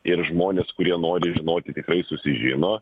ir žmonės kurie nori žinoti tikrai susižino